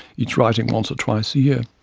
each writing once or twice a year.